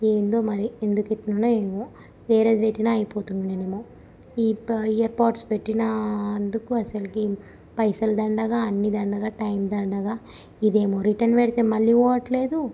ఏంటో మరి ఎందుకు ఎట్టినానో ఏమో వేరేది పెట్టినా అయిపోతుండేనేమో ఈ ఇయర్ పోడ్స్ పెట్టినా అందుకు అస్సలు పైసలు దండుగ అన్నీ దండుగ టైం దండుగ ఇదేమో రిటర్న్ పెడితే మళ్ళీ పోవట్లేదు